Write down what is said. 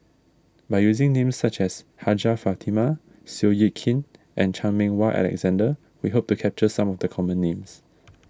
by using names such as Hajjah Fatimah Seow Yit Kin and Chan Meng Wah Alexander we hope to capture some of the common names